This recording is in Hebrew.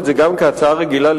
אתם מדליקים מדורות גם כשיורד גשם.